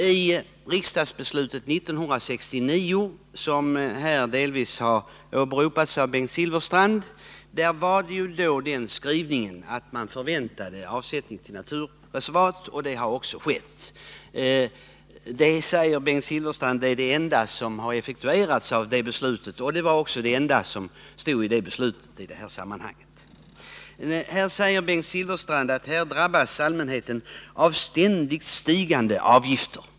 I riksdagsbeslutet 1969, som delvis har åberopats av Bengt Silfverstrand, fanns en skrivning som innebar att man förväntade en avsättning av området till naturreservat. Detta har också skett. Bengt Silfverstrand säger att det är det enda i beslutet som har effektuerats — men det var också det enda som stod i det beslutet. Bengt Silfverstrand påstår att allmänheten drabbas av ständigt stigande avgifter.